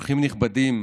אורחים נכבדים,